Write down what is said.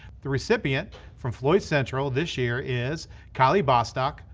the recipient from floyd central this year is kylie bostock,